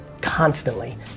constantly